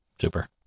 Super